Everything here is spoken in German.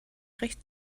recht